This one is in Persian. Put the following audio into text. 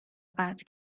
قطع